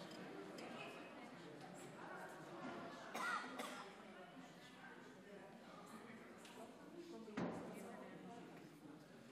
ההצבעה על המלצת הוועדה המסדרת על הקמת ועדה מיוחדת: